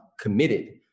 committed